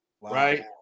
Right